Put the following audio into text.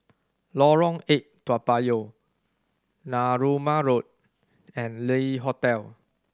Lorong Eight Toa Payoh Narooma Road and Le Hotel